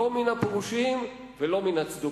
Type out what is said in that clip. לא מן הפרושים, ולא מן הצדוקים.